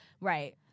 right